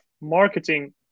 marketing